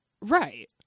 Right